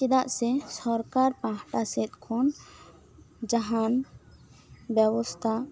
ᱪᱮᱫᱟᱜ ᱥᱮ ᱥᱚᱨᱠᱟᱨ ᱯᱟᱦᱴᱟ ᱥᱮᱫ ᱠᱷᱚᱱ ᱡᱟᱦᱟᱱ ᱵᱮᱵᱚᱥᱛᱟ